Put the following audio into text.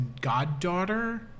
goddaughter